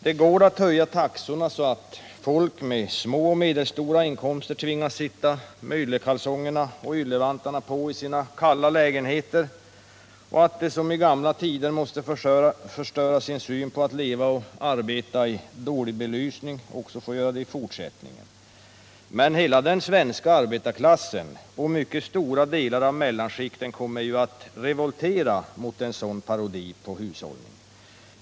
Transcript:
Det går att höja taxorna så att folk med små och medelstora inkomster tvingas att sitta med yllekalsonger och yllevantar på i sina kalla lägenheter. Också i fortsättningen kan de liksom i gamla tider tvingas förstöra sin syn på att leva och arbeta i dålig belysning. Men hela den svenska arbetarklassen och mycket stora delar av mellanskikten kommer att revoltera mot en sådan parodi på hushållning.